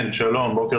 שלום, בוקר